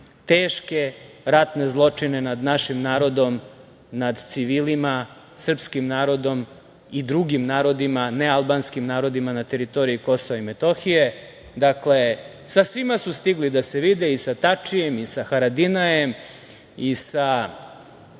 teške ratne zločine nad našim narodom, nad civilima, srpskim narodom i drugim narodima, nealbanskim narodima na teritoriji KiM.Dakle, sa svima su stigli da se vide, sa Tačijem i sa Haradinajem i sa